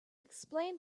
explain